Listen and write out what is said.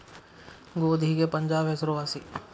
ಗೋಧಿಗೆ ಪಂಜಾಬ್ ಹೆಸರು ವಾಸಿ